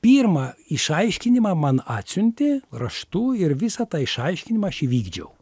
pirmą išaiškinimą man atsiuntė raštu ir visą tą išaiškinimą aš įvykdžiau